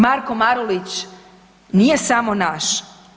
Marko Marulić nije samo naš.